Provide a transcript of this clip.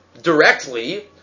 directly